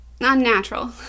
unnatural